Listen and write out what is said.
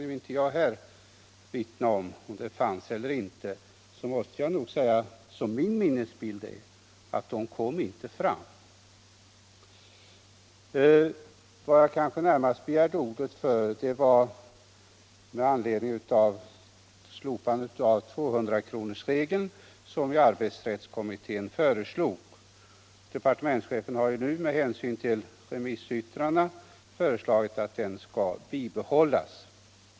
Om det fanns motsättningar — och om det kan jag inte vittna här — kom dessa i varje fall inte fram enligt vad jag kan minnas. Jag begärde emellertid ordet närmast med anledning av arbetsrättskommitténs förslag om slopandet av 200-kronorsregeln. Departementschefen har ju med hänsyn till remissyttrandena föreslagit att denna skall bibehållas.